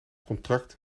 contract